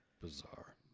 bizarre